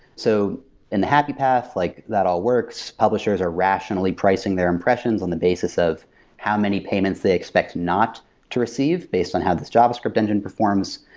so in the happy path, like that all works. publishers are rationally pricing their impressions on the basis of how many payments they expect not to receive based on how this javascript engine performs,